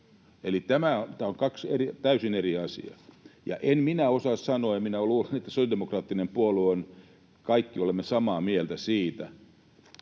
Eli nämä ovat kaksi täysin eri asiaa. Ja en minä osaa sanoa... Minä luulen, että sosiaalidemokraattisessa puolueessa kaikki olemme samaa mieltä siitä,